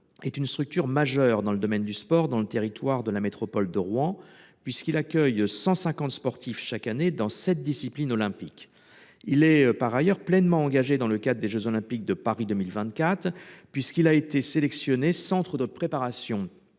est une structure majeure dans le domaine du sport sur le territoire de la métropole de Rouen, puisqu’il accueille 150 sportifs chaque année dans sept disciplines olympiques. Il est par ailleurs pleinement engagé dans la dynamique des jeux Olympiques de Paris 2024 : il a été sélectionné en tant que centre de préparation